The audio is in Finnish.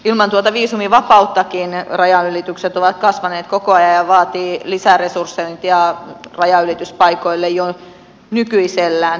ilman tuota viisumivapauttakin rajanylitykset ovat kasvaneet koko ajan ja vaativat lisäresursointia rajanylityspaikoille jo nykyisellään